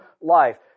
life